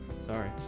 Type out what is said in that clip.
Sorry